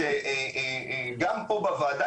כאשר גם פה בוועדה,